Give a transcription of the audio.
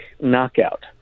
Knockout